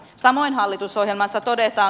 samoin hallitusohjelmassa todetaan